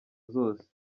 zose